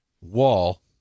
wall